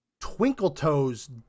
twinkle-toes